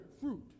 fruit